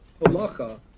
Halacha